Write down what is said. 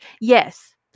Yes